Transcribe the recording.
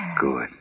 Good